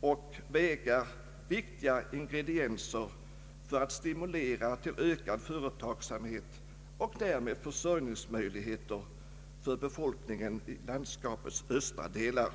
och vägar viktiga ingredienser för att stimulera till ökad företagsamhet och därmed försörjningsmöjligheter för befolkningen i landskapets östra delar.